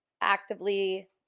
actively